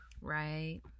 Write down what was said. Right